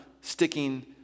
sticking